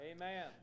Amen